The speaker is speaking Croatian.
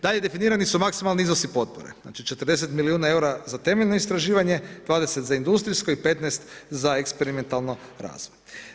Dalje, definirani su maksimalni iznosi potpora, 40 milijuna eura za temeljno istraživanje, 20 za industrijsko i 15 za eksperimentalno razdoblje.